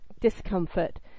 discomfort